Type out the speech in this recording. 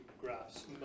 graphs